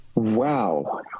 Wow